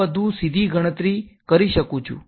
હું વધુ સીધી ગણતરી કરી શકું છું